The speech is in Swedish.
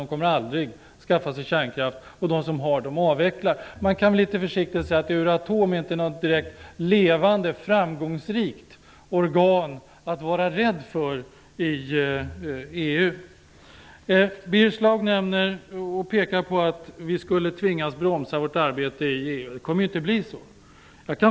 De kommer aldrig att skaffa sig kärnkraft, och de som har kärnkraft avvecklar. Man kan väl litet försiktigt säga att Euratom inte är något direkt levande framgångsrikt organ att vara rädd för i EU. Birger Schlaug pekar på att vi skulle tvingas att bromsa vårt arbete i EU. Det kommer inte att bli så.